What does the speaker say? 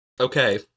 Okay